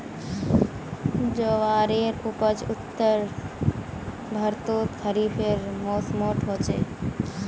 ज्वारेर उपज उत्तर भर्तोत खरिफेर मौसमोट होचे